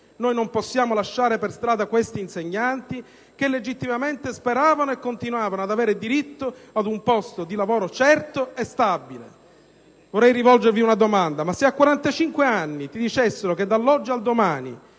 Non possiamo lasciare per strada questi insegnanti che, legittimamente, speravano, e continuano ad avervi diritto, ad un posto di lavoro certo e stabile. Vorrei rivolgervi una domanda: ma se a quarantacinque anni ci dicessero che, dall'oggi al domani,